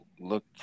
Look